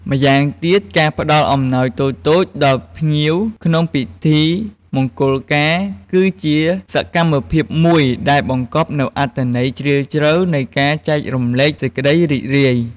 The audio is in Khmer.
ម៉្យាងទៀត ការផ្តល់អំណោយតូចៗដល់ភ្ញៀវក្នុងពិធីមង្គលការ គឺជាសកម្មភាពមួយដែលបង្កប់នូវអត្ថន័យជ្រាលជ្រៅនៃការចែករំលែកសេចក្តីរីករាយ។